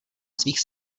svých